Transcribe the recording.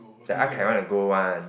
the Ah-Kai wanna go one